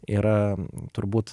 yra turbūt